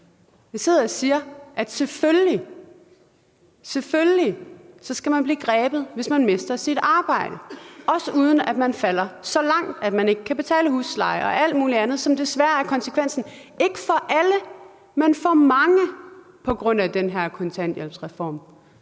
Jeg siger, at selvfølgelig skal man gribes, hvis man mister sit arbejde, også uden at man falder så langt, at man ikke kan betale husleje og alt mulig andet, som desværre er konsekvensen ikke for alle, men for mange, på grund af den her kontanthjælpsreform.